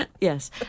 Yes